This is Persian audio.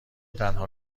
تنها